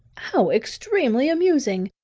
how extremely amusing!